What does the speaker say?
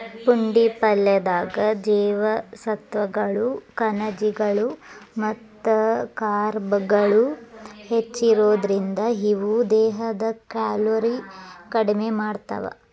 ಪುಂಡಿ ಪಲ್ಲೆದಾಗ ಜೇವಸತ್ವಗಳು, ಖನಿಜಗಳು ಮತ್ತ ಕಾರ್ಬ್ಗಳು ಹೆಚ್ಚಿರೋದ್ರಿಂದ, ಇವು ದೇಹದ ಕ್ಯಾಲೋರಿ ಕಡಿಮಿ ಮಾಡ್ತಾವ